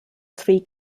three